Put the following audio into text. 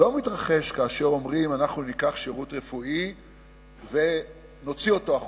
לא מתרחש כאשר אומרים: אנחנו ניקח שירות רפואי ונוציא אותו החוצה,